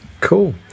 Cool